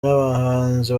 n’abahanzi